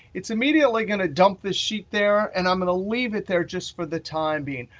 it's immediately going to dump the sheet there. and i'm going to leave it there just for the time being.